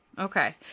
Okay